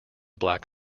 black